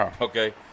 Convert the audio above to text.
Okay